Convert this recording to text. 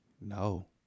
No